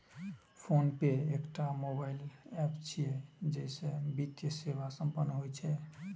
PhonePe एकटा mobile app छियै, जइसे वित्तीय सेवा संपन्न होइ छै